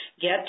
get